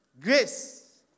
grace